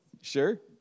Sure